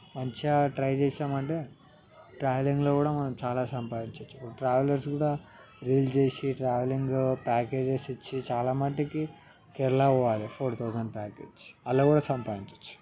మంచిగా ట్రై చేసాం అంటే ట్రావెలింగ్లో కూడా మనం చాలా సంపాదించచ్చు ట్రావెలర్స్ కూడా డీల్ చేసి ట్రావెలింగు ప్యాకేజెస్ ఇచ్చి చాలా మట్టికి కేరళా పోవాలి ఫోర్ థౌజండ్ ప్యాకేజ్ అలా కూడా సంపాదించచ్చు